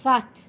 ستھ